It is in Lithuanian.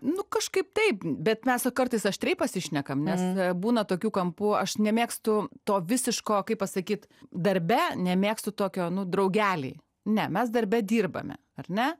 nu kažkaip taip bet mes kartais aštriai pasišnekam nes būna tokių kampų aš nemėgstu to visiško kaip pasakyt darbe nemėgstu tokio nu draugeliai ne mes darbe dirbame ar ne